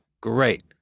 great